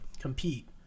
compete